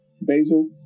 basil